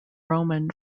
roman